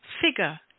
figure